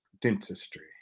dentistry